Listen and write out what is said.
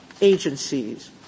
agencies